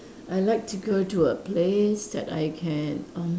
I like to go to a place that I can um